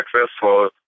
successful